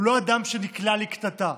הוא לא אדם שנקלע לקטטה,